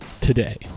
today